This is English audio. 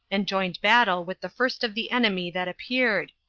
and joined battle with the first of the enemy that appeared,